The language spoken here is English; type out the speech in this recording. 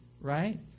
right